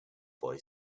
boy